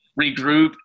regroup